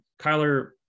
Kyler